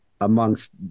amongst